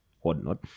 whatnot